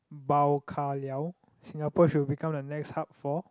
Bao Ka Liao Singapore should become the next hub for